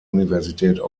universität